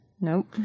Nope